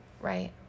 Right